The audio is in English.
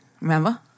Remember